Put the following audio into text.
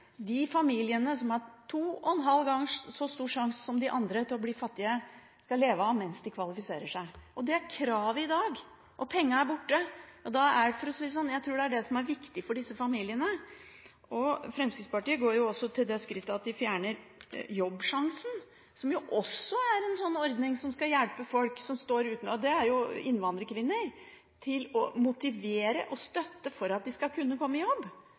pengene familiene som har to og en halv gang så stor sjanse som andre til å bli fattige, skal leve av mens de kvalifiserer seg. Det er kravet i dag, og pengene er borte. Jeg tror dette er viktig for disse familiene. Fremskrittspartiet går også til det skritt å fjerne Jobbsjansen, som jo også er en ordning som skal hjelpe folk som står utenfor – særlig gjelder dette innvandrerkvinner – med motivasjon og støtte for at de skal kunne komme i jobb.